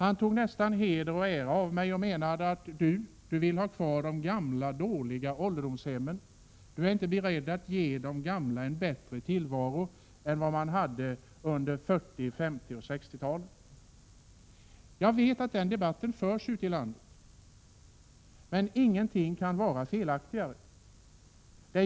Han tog nästan heder och ära av mig och menade: Du vill ha kvar de gamla, dåliga ålderdomshemmen — du är inte beredd att ge de gamla en bättre tillvaro än på 40-, 50 och 60-talen. Jag vet att debatten förs på det sättet ute i landet. Men ingenting kan vara felaktigare än detta.